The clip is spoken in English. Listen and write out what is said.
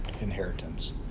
inheritance